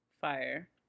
Fire